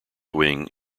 wing